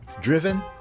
driven